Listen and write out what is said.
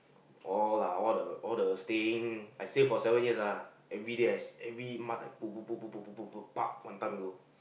all lah all the all the staying I save for seven years ah everyday I every month I put put put put put put one time go